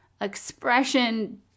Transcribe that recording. expression